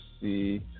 see